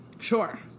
Sure